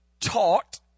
taught